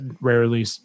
rarely